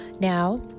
Now